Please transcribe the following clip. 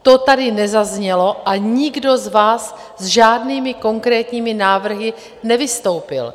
To tady nezaznělo a nikdo z vás s žádnými konkrétními návrhy nevystoupil.